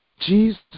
Jesus